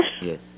Yes